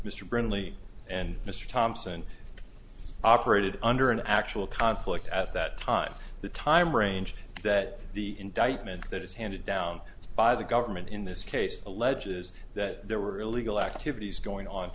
mr brindley and mr thompson operated under an actual conflict at that time the time range that the indictment that is handed down by the government in this case alleges that there were illegal activities going on